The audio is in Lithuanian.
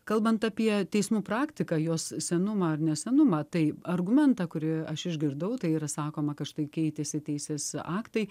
kalbant apie teismų praktiką jos senumą ar nesenumą tai argumentą kurį aš išgirdau tai yra sakoma kad štai keitėsi teisės aktai